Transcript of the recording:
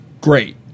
great